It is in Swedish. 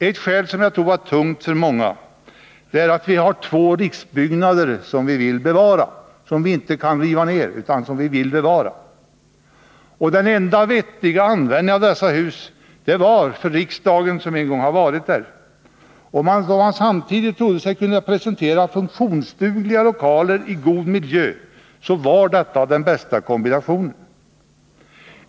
Ett skäl som jag tror varit tungt vägande för många är att vi har två riksbyggnader som vi inte kan riva utan vill bevara. Den enda vettiga användningen av dessa hus var att riksdagen, som en gång varit där, nyttjade dem. Då man samtidigt trodde sig kunna presentera funktionsdugliga lokaler i god miljö så var detta den bästa kombinationen.